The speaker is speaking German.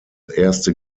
erste